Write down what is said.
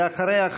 ואחריה,